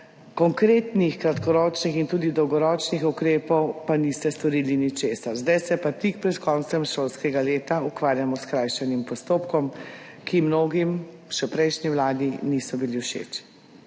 konkretnih kratkoročnih in tudi dolgoročnih ukrepov, pa niste storili ničesar, zdaj se pa tik pred koncem šolskega leta ukvarjamo s skrajšanim postopkom, ki mnogim še v prejšnji vladi niso bili všeč.